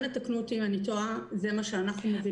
אנא תקנו אותי אם אני טועה, זה מה שאנחנו מבינים.